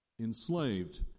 enslaved